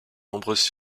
nombreuses